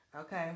okay